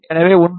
எனவே 1